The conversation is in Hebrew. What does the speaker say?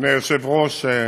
אדוני היושב-ראש,